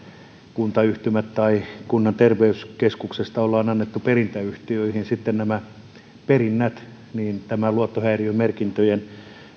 kuntayhtymän tai kunnan terveyskeskuksesta ollaan annettu perintäyhtiöihin sitten nämä perinnät niin tämä luottohäiriömerkintöjen